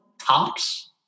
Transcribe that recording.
tops